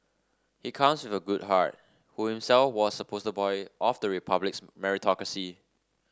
he comes with a good heart who himself was a poster boy of the Republic's meritocracy